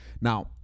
Now